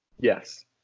Yes